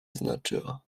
znaczyła